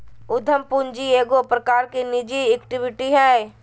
उद्यम पूंजी एगो प्रकार की निजी इक्विटी हइ